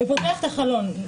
פותח את החלון.